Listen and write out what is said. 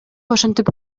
ошентип